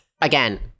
Again